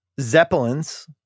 Zeppelins